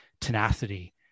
tenacity